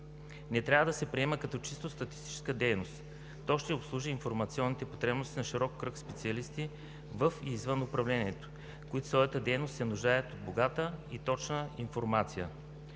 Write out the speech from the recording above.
не трябва да се приема като чисто статистическа дейност. То ще обслужи информационните потребности на широк кръг специалисти във и извън управлението, които в своята дейност се нуждаят от богата и точна информация.